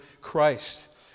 Christ